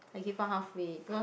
I give up half way because